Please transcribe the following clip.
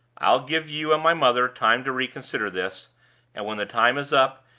i'll give you and my mother time to reconsider this and, when the time is up,